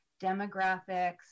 demographics